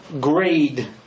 grade